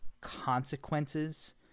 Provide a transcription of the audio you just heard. consequences